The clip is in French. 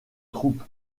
troupe